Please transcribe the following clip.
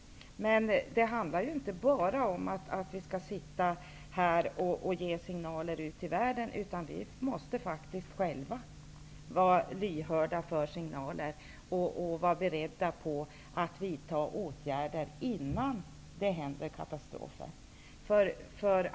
Men det handlar ju inte bara om att vi skall sitta här och ge signaler ut till världen, utan vi måste faktiskt själva vara lyhörda för signaler och vara beredda att vidta åtgärder innan det händer kata strofer.